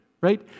right